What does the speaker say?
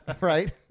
right